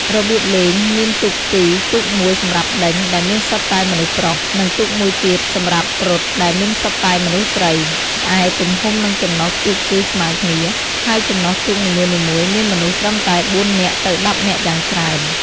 របៀបលេង មានទូកពីរ, ទូក១ សម្រាប់ដេញ ដែលមានសុទ្ធតែមនុស្សប្រុស និងទូក១ទៀតសម្រាប់រត់ដែលមានសុទ្ធតែមនុស្សស្រី ឯទំហំនឹងចំណុះទូកគឺស្មើគ្នា ហើយចំណុះទូកនីមួយៗមានមនុស្សត្រឹមតែ ៤ នាក់ ទៅ ១០ នាក់យ៉ាងច្រើន ។